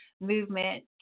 movement